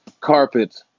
Carpet